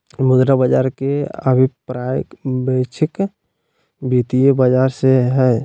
मुद्रा बाज़ार के अभिप्राय वैश्विक वित्तीय बाज़ार से हइ